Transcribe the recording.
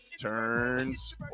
turns